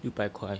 六百块